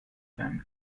family